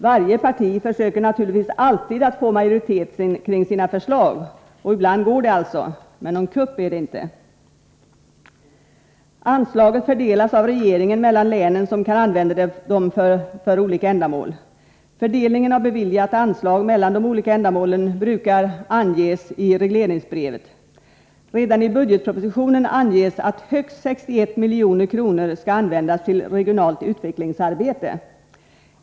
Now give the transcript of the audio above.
Varje parti försöker naturligtvis alltid att få majoritet kring sina förslag. Ibland går det alltså, men någon kupp är det inte! Anslaget fördelas av regeringen mellan länen som kan använda det för olika ändamål. Fördelningen av beviljat anslag när det gäller de olika ändamålen brukar anges i regleringsbrevet. Redan i budgetpropositionen anges att ”högst 61 miljoner kronor skall användas till regionalt utvecklingsarbete”.